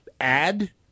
add